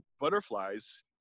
butterflies